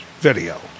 video